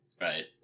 Right